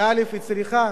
והיא צריכה